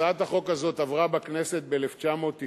הצעת החוק הזאת עברה בכנסת ב-1998,